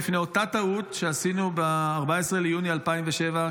בפני אותה טעות שעשינו ב-14 ביוני 2007,